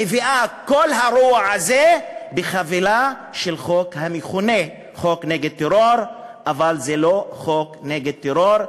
היא מביאה את כל הרוע הזה בחבילה של חוק המכונה חוק נגד טרור.